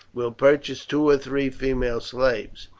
will purchase two or three female slaves.